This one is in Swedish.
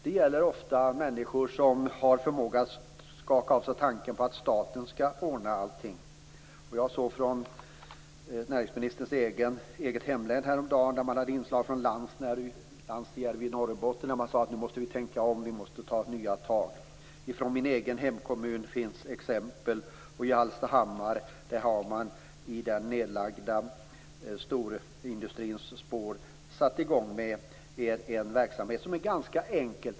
Det gäller ofta människor som har förmåga att skaka av sig tanken att staten skall ordna allting. Jag såg ett inslag från näringsministerns eget hemlän häromdagen. I Lansjärv i Norrbotten sade man: Nu måste vi tänka om, vi måste ta nya tag. Från min egen hemkommun finns också exempel, och i Hallstahammar har man, i spåren av den nedlagda storindustrin, satt i gång med en verksamhet som är ganska enkel.